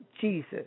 Jesus